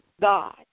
God